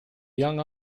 young